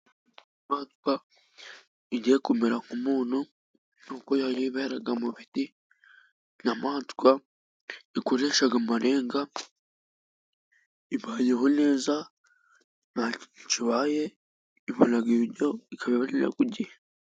Inyamaswa igiye kumera nk'umuntu， ni uko yibera mu biti， inyamaswa ikoresha amarenga，ibayeho neza， ntacyo ibaye， ibona ibiryo ikabirira ku gihe.